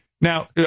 Now